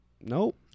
Nope